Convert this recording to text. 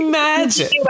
magic